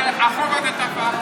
והחוב הזה תפח,